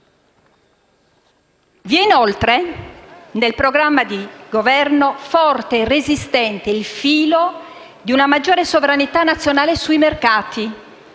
inoltre nel programma di Governo forte e resistente il filo di una maggiore sovranità nazionale sui mercati,